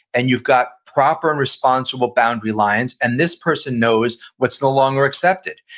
and you've got proper and responsible boundary lines, and this person knows what's no longer accepted.